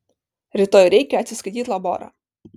rytoj reikia atsiskaityt laborą